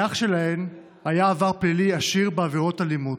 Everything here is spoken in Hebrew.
לאח שלהן היה עבר פלילי עשיר בעבירות אלימות.